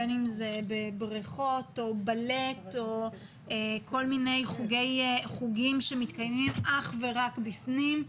בין אם אלה בריכות או בלט או כל מיני חוגים שמתקיימים אך ורק בפנים.